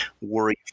worry